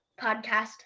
podcast